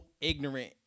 ignorant